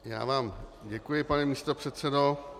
Já vám děkuji, pane místopředsedo.